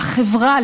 לחברה,